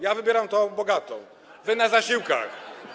Ja wybieram bogatą, wy - na zasiłkach.